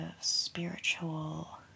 spiritual